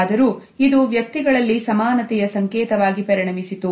ಆದರೂ ಇದು ವ್ಯಕ್ತಿಗಳಲ್ಲಿ ಸಮಾನತೆಯ ಸಂಕೇತವಾಗಿ ಪರಿಣಮಿಸಿತು